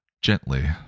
gently